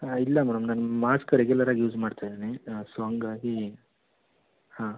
ಹಾಂ ಇಲ್ಲ ಮೇಡಮ್ ನಾನು ಮಾಸ್ಕ್ ರೆಗ್ಯುಲರಾಗಿ ಯೂಸ್ ಮಾಡ್ತಯಿದ್ದೀನಿ ಹಾಂ ಸೋ ಹಂಗಾಗಿ ಹಾಂ